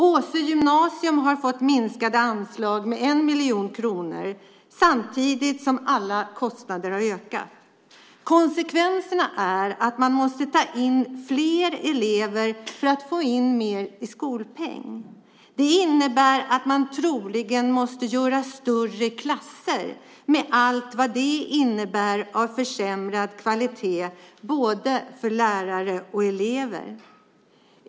Åsö gymnasium har fått 1 miljon kronor i minskade anslag, samtidigt som alla kostnader har ökat. Konsekvenserna blir att skolan måste ta in fler elever för att få in mer i skolpeng. Det innebär att skolan troligen måste göra större klasser, med allt vad det innebär av försämrad kvalitet för både lärare och elever.